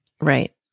Right